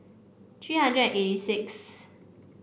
three hundred and eighty sixth